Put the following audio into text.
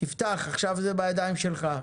ספר יסודיים בכל הארץ,